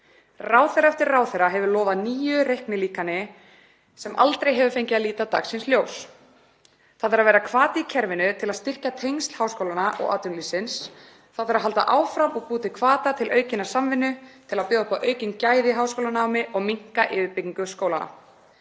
Ráðherra eftir ráðherra hefur lofað nýju reiknilíkani sem aldrei hefur fengið að líta dagsins ljós. Það þarf að vera hvati í kerfinu til að styrkja tengsl háskólanna og atvinnulífsins. Það þarf að halda áfram og búa til hvata til aukinnar samvinnu til að bjóða upp á aukin gæði í háskólanámi og minnka yfirbyggingu skólanna.